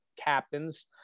captains